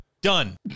Done